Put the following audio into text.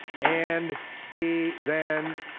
and he then,